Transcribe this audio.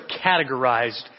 categorized